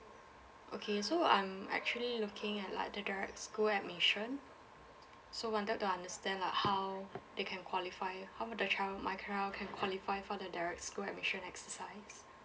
okay so I'm actually looking at like the direct school admission so wanted to understand like how they can qualify how would the child my child can qualify for the direct school admission exercise